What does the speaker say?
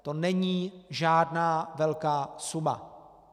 To není žádná velká suma.